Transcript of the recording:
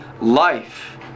life